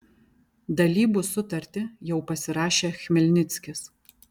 dalybų sutartį jau pasirašė chmelnickis